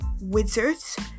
wizards